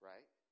Right